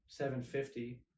750